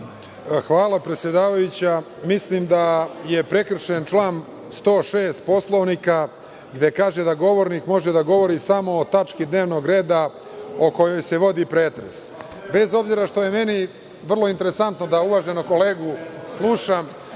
Hvala, predsedavajuća. Mislim da je prekršen član 106. Poslovnika, gde kaže da govornik može da govori samo o tački dnevnog reda o kojoj se vodi pretres. Bez obzira što je meni interesantno da uvaženog kolegu slušam,